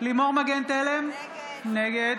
לימור מגן תלם, נגד